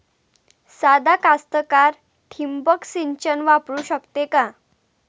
सादा कास्तकार ठिंबक सिंचन वापरू शकते का?